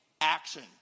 action